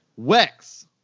Wex